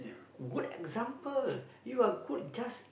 good example you are good just